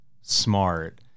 smart